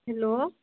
hello